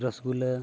ᱨᱚᱥᱜᱩᱞᱟᱹ